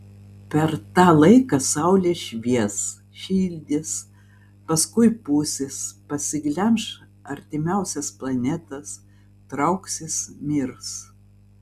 per tą laiką saulė švies šildys paskui pūsis pasiglemš artimiausias planetas trauksis mirs